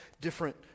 different